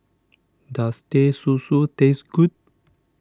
does Teh Susu taste good